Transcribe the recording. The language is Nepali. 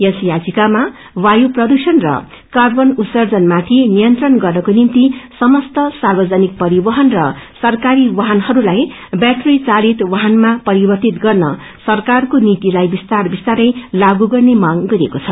यस याचिक्रमा वायु प्रदुष्लण र बार्वन उर्त्सजनमाथि नियन्त्रण ग्रवको निम्ति समस्त सार्वजनिक परिवहन र सरकारी वाहनहरूलाई बैटरी चालित वाहनामा परिवर्तित गर्न सरकारको नीतिलाद विस्तार विस्तारै लागू गर्ने मांग गरिएको छ